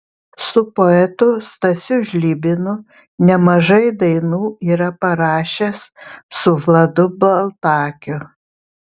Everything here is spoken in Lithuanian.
su poetu stasiu žlibinu nemažai dainų yra parašęs su vladu baltakiu